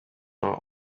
are